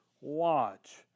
watch